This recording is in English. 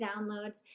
Downloads